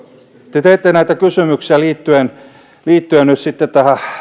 te teette kysymyksiä liittyen liittyen nyt sitten